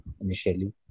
initially